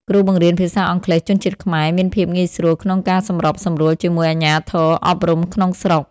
គ្រូបង្រៀនភាសាអង់គ្លេសជនជាតិខ្មែរមានភាពងាយស្រួលក្នុងការសម្របសម្រួលជាមួយអាជ្ញាធរអប់រំក្នុងស្រុក។